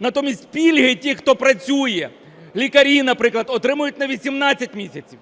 Натомість пільги ті, хто працює, лікарі наприклад, отримують на 18 місяців.